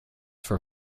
for